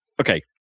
okay